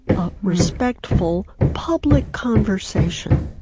ah respectful, public conversation,